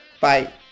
Bye